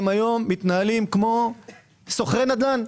הם היו מתנהלים כמו סוחרי נדל"ן.